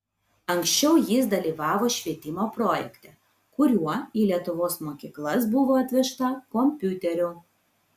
anksčiau jis dalyvavo švietimo projekte kuriuo į lietuvos mokyklas buvo atvežta kompiuterių